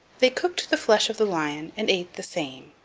they cooked the flesh of the lion and ate the same.